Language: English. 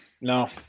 no